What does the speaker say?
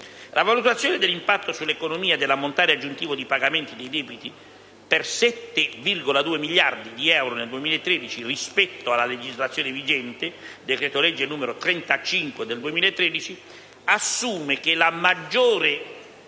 La valutazione dell'impatto sull'economia dell'ammontare aggiuntivo di pagamenti dei debiti per 7,2 miliardi di euro nel 2013 rispetto alla legislazione vigente (decreto-legge n. 35 del 2013) assume che la maggiore